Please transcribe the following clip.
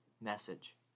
message